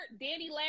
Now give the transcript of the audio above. Danny